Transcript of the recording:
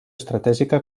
estratègica